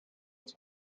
was